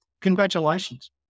congratulations